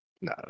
No